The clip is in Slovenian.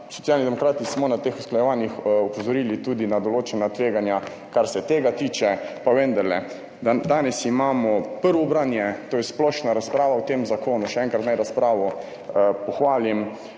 Socialni demokrati smo na teh usklajevanjih opozorili tudi na določena tveganja, kar se tega tiče. Pa vendarle, danes imamo prvo branje, to je splošna razprava o tem zakonu. Še enkrat naj razpravo pohvalim.